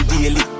daily